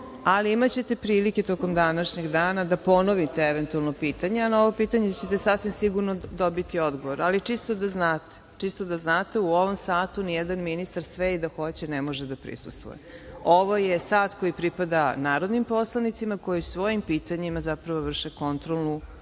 Ali imaćete prilike tokom današnjeg dana da ponovite, eventualno pitanja. Na ovo pitanje će te sasvim sigurno dobiti odgovor, ali čisto da znate, u ovom satu ni jedan ministar sve i da hoće ne može da prisustvuje. Ovo je sat koji pripada narodnim poslanicima, koji svojim pitanjima, zapravo vrše kontrolnu ulogu